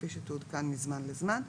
כפי שתעודכן מזמן לזמן.